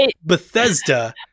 Bethesda